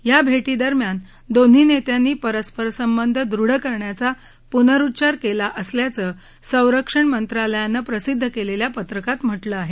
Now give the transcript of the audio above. या भेटीदरम्यान दोन्ही नेत्यांनी परस्परसंबंध दृढ करण्याचा पुनरुच्चार केला असल्याचं संरक्षणमंत्रालयात प्रसिद्ध केलेल्या पत्रकात म्हटलं आहे